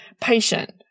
patient